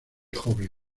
joven